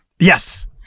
Yes